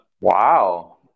wow